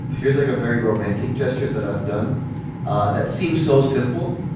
here's like a very romantic gesture that i've done ah that seems so simple.